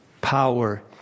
power